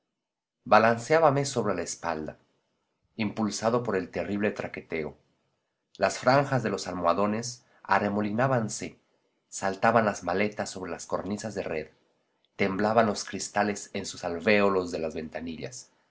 diligencia balanceábame sobre la espalda impulsado por el terrible traqueteo las franjas de los almohadones arremolinábanse saltaban las maletas sobre las cornisas de red temblaban los cristales en sus alvéolos de las ventanillas